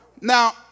now